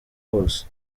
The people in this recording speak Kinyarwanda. hose